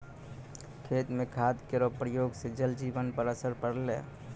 खेत म खाद केरो प्रयोग सँ जल जीवन पर असर पड़लै